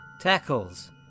Tackles